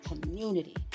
community